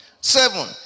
Seven